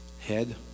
Head